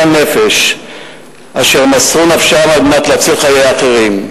הנפש אשר מסרו נפשם על מנת להציל חיי אחרים.